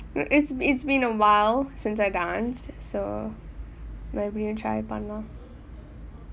no it's it's been a while since I danced so maybe I'll try பண்ணலாம்:pannalaam